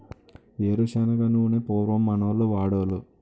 ఏరు శనగ నూనె పూర్వం మనోళ్లు వాడోలు